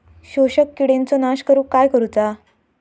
शोषक किडींचो नाश करूक काय करुचा?